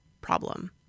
problem